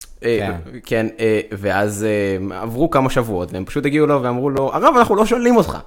כן, ואז עברו כמה שבועות, הם פשוט הגיעו אליו ואמרו לו, הרב, אנחנו לא שואלים אותך.